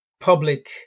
public